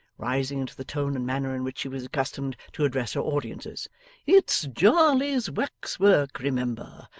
rising into the tone and manner in which she was accustomed to address her audiences it's jarley's wax-work, remember.